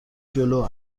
جلو